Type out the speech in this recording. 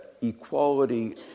equality